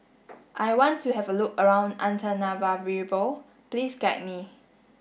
I want to have a look around Antananarivo please guide me